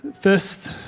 first